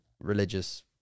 religious